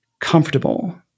comfortable